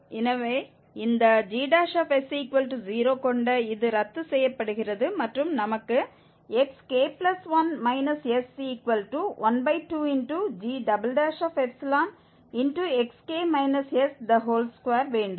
எனவே இந்த gs0 கொண்ட இது ரத்து செய்யப்படுகிறது மற்றும் நமக்கு xk1 s12gxk s2 வேண்டும்